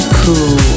cool